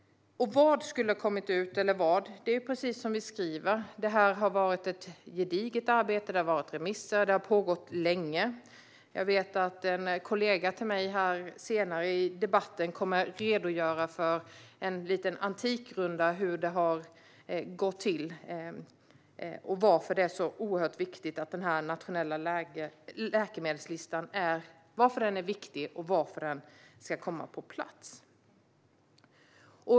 Det ställdes en fråga om vad som skulle ha kommit ut. Precis som vi skriver har det gjorts ett gediget arbete, och remisser har kommit in. Det hela har pågått länge. En kollega kommer senare i debatten att redogöra för detta i en liten antikrunda om hur det har gått till, varför den nationella läkemedelslistan är så viktigt och varför den måste komma på plats.